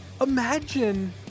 Imagine